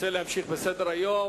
רוצה להמשיך בסדר-היום.